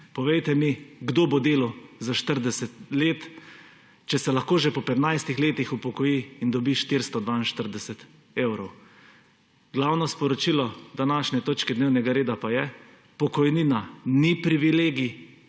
Povejte mi, kdo bo delal 40 let, če se lahko že po petnajstih letih upokoji in dobi 442 evrov. Glavno sporočilo današnje točke dnevnega reda pa je – pokojnina ni privilegij